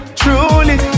truly